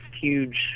huge